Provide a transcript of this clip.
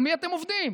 על מי אתם עובדים?